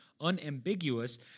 unambiguous